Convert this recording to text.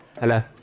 Hello